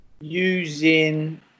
using